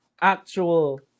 actual